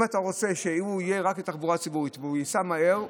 אם אתה רוצה שהוא יהיה רק לתחבורה ציבורית ושייסעו בו מהר,